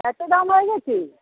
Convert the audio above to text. এত দাম হয় নাকি